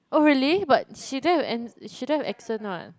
oh really but she don't have an she don't have accent [what]